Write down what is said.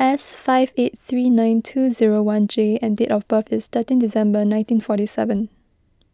S five eight three nine two zero one J and date of birth is thirteen December nineteen forty seven